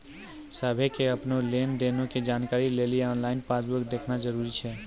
सभ्भे के अपनो लेन देनो के जानकारी लेली आनलाइन पासबुक देखना जरुरी छै